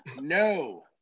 No